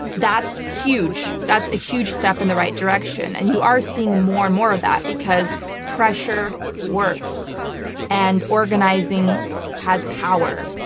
that's huge. that's a huge step in the right direction. and you are seeing more and more of that because pressure works and organizing has power.